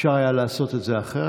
אפשר היה לעשות את זה אחרת,